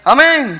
Amen